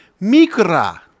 mikra